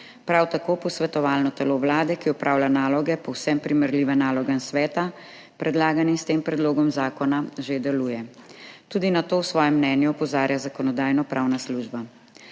Prav tako posvetovalno telo Vlade, ki opravlja naloge, povsem primerljive nalogam sveta, predlaganim s tem predlogom zakona, že deluje, tudi na to v svojem mnenju opozarja Zakonodajno-pravna služba.